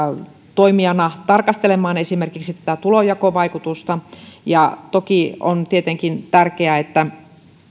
toimijana tarkastelemaan esimerkiksi tätä tulonjakovaikutusta ja toki on tietenkin tärkeää että